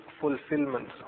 fulfillment